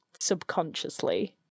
subconsciously